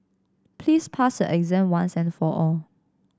please pass your exam once and for all